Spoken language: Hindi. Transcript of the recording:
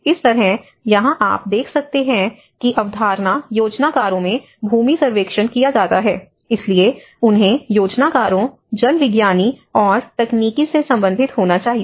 इस तरह यहां आप देख सकते हैं कि अवधारणा योजनाकारों में भूमि सर्वेक्षण किया जाता है इसलिए उन्हें योजनाकारों जलविज्ञानी और तकनीकी से संबंधित होना चाहिए